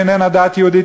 שאיננה דת יהודית,